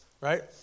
right